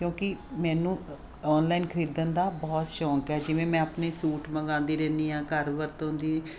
ਕਿਉਂਕਿ ਮੈਨੂੰ ਓਨਲਾਈਨ ਖਰੀਦਣ ਦਾ ਬਹੁਤ ਸ਼ੌਕ ਹੈ ਜਿਵੇਂ ਮੈਂ ਆਪਣੇ ਸੂਟ ਮੰਗਾਉਂਦੀ ਰਹਿੰਦੀ ਹਾਂ ਘਰ ਵਰਤੋਂ ਦੀ